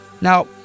now